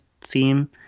theme